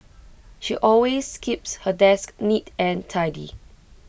she always keeps her desk neat and tidy